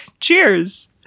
cheers